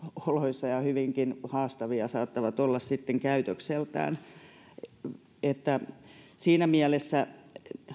oloissa ja hyvinkin haastavia saattavat sitten olla käytökseltään siinä mielessä